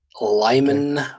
Lyman